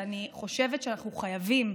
ואני חושבת שאנחנו חייבים,